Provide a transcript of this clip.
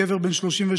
גבר בן 37,